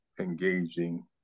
engaging